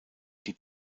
die